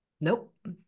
Nope